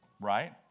right